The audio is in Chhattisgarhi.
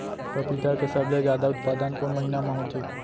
पपीता के सबले जादा उत्पादन कोन महीना में होथे?